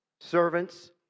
servants